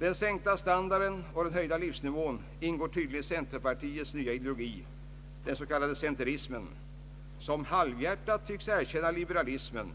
Den sänkta standarden och den höjda livsnivån ingår tydligen i centerpartiets nya ideologi — den s.k. centerismen — som halvhjärtat tycks erkänna liberalismen